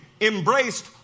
embraced